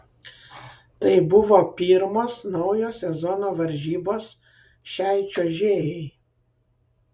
tai buvo pirmos naujo sezono varžybos šiai čiuožėjai